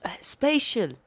Spatial